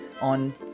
on